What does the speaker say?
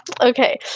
Okay